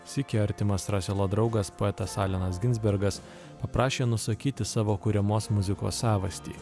sykį artimas raselo draugas poetas alenas ginsbergas paprašė nusakyti savo kuriamos muzikos savastį